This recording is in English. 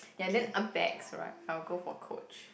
ya then uh bags right I'll go for Coach